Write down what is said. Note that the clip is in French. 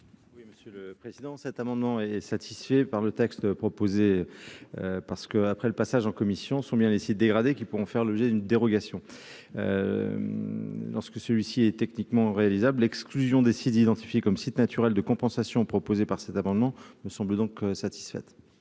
Oui, Monsieur le Président, cet amendement est satisfait par le texte proposé parce que, après le passage en commission sont bien les sites dégradés qui pourront faire l'objet d'une dérogation lorsque celui-ci est techniquement réalisable exclusion décide identifié comme site naturel de compensation proposée par cet amendement me semble donc satisfaite: